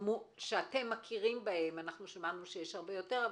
שאתם מכירים בהן - שמענו שיש הרבה יותר,